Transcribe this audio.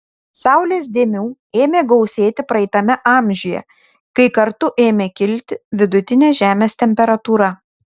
saulės dėmių ėmė gausėti praeitame amžiuje kai kartu ėmė kilti vidutinė žemės temperatūra